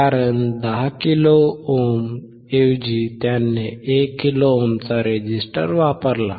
कारण 10 kilo ohm ऐवजी त्याने एक किलो ओमचा रेझिस्टर वापरला